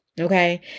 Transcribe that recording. okay